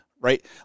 Right